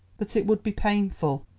but it would be painful,